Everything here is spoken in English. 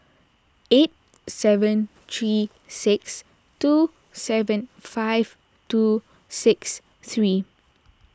eight seven three six two seven five two six three